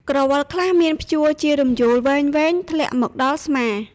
ក្រវិលខ្លះមានព្យួរជារំយោលវែងៗធ្លាក់មកដល់ស្មា។